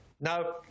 now